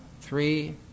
three